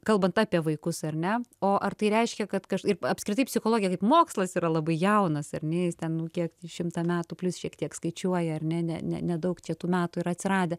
kalbant apie vaikus ar ne o ar tai reiškia kad ir apskritai psichologija kaip mokslas yra labai jaunas ar ne jis ten nu kiek į šimtą metų plius šiek tiek skaičiuoja ar ne ne ne nedaug čia tų metų yra atsiradę